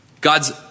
God's